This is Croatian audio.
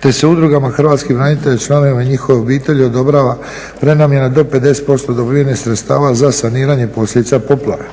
te se udrugama hrvatskih branitelja i članovima njihovih obitelji odobrava prenamjena do 50% dobivenih sredstava za saniranje posljedica poplave.